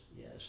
yes